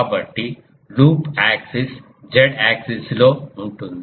కాబట్టి loop axis Z axis లో ఉంటుంది